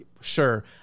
sure